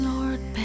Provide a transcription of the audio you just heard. Lord